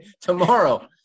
tomorrow